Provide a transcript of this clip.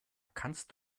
kannst